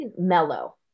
mellow